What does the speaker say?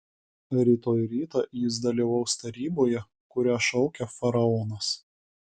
rytoj rytą jis dalyvaus taryboje kurią šaukia faraonas